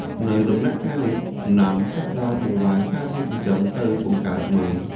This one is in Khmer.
នៅដំណាក់កាលនេះ ដំណាំចាប់ផ្ដើមបង្វែរសារធាតុចិញ្ចឹមទៅបង្កើតមើម។